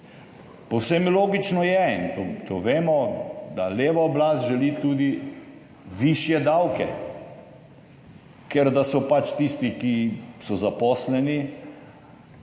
Povsem logično je, to vemo, da leva oblast želi tudi višje davke, da so pač tisti, ki so zaposleni,